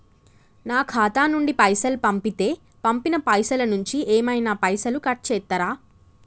నా ఖాతా నుండి పైసలు పంపుతే పంపిన పైసల నుంచి ఏమైనా పైసలు కట్ చేత్తరా?